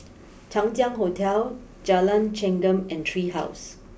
Chang Ziang Hotel Jalan Chengam and Tree house